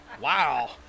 Wow